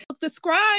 describe